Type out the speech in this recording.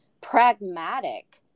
pragmatic